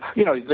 you know,